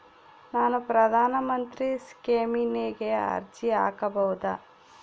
ನಾನು ಪ್ರಧಾನ ಮಂತ್ರಿ ಸ್ಕೇಮಿಗೆ ಅರ್ಜಿ ಹಾಕಬಹುದಾ?